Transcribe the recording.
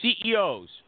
CEOs